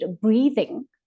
breathing